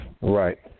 Right